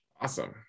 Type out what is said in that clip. Awesome